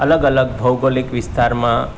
અલગ અલગ ભૌગોલિક વિસ્તારમાં